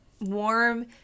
warm